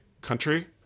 country